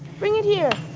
bring it here.